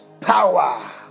power